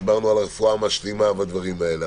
דיברנו על הרפואה המשלימה והדברים האלה.